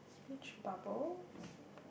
speech bubble